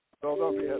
Philadelphia